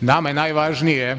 nama je najvažnije,